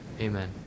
Amen